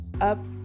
up